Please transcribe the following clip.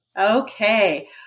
Okay